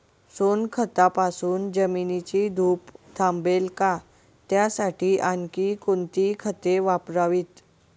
सोनखतापासून जमिनीची धूप थांबेल का? त्यासाठी आणखी कोणती खते वापरावीत?